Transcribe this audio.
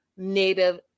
native